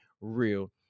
Real